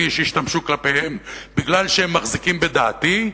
שהשתמשו כלפיהם מפני שהם מחזיקים בדעתי,